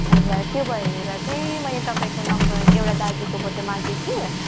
हजुर त्यो भएर चाहिँ मैले तपाईँको नम्बर एउटा दाजुकोबाट मागे कि